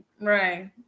Right